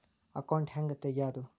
Account ಹ್ಯಾಂಗ ತೆಗ್ಯಾದು?